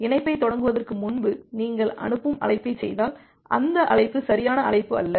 எனவே இணைப்பைத் தொடங்குவதற்கு முன்பு நீங்கள் அனுப்பும் அழைப்பைச் செய்தால் அந்த அழைப்பு சரியான அழைப்பு அல்ல